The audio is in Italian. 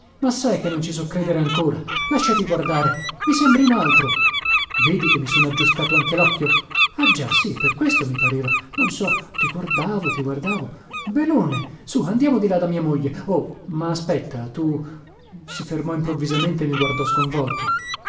ma sai che non ci so credere ancora lasciati guardare i sembri un altro vedi che mi sono aggiustato anche locchio ah già sì per questo mi pareva non so ti guardavo ti guardavo benone sù andiamo di là da mia moglie oh ma aspetta tu si fermò improvvisamente e mi guardò sconvolto